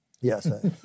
Yes